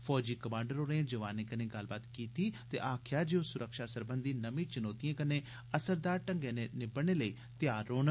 फौजी कमांडर होरें जवानें कन्नै गल्लबात कीती ते आकखेया जे ओह सुरक्षा सरबंधी नर्मी चुनौतिएं कन्नै असरदार ढंग्ग' नै निब्बड़ने लेई तैयार रौहन